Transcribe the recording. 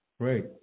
Great